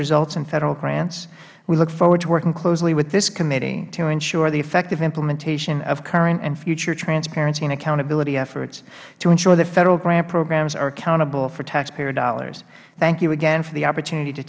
results in federal grants we look forward to working closely with this committee to ensure the effective implementation of current and future transparency and accountability efforts to ensure that federal grant programs are accountable for taxpayer dollars thank you again for the opportunity to